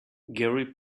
gary